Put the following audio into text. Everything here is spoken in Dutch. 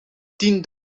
tien